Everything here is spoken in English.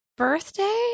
Birthday